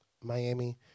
Miami